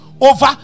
over